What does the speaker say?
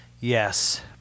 Yes